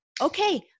Okay